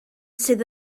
sydd